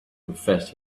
confessed